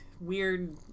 weird